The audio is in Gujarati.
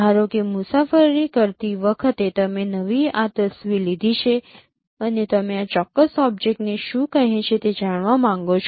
ધારો કે મુસાફરી કરતી વખતે તમે નવી આ તસવીર લીધી છે અને તમે આ ચોક્કસ ઓબ્જેક્ટને શું કહે છે તે જાણવા માગો છો